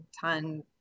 ton